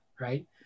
right